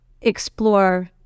explore